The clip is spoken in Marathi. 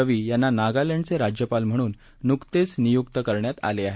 रवी यांना नागालँडचे राज्यपाल म्हणून नुकतेच नियुक्त करण्यात आले आहे